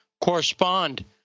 correspond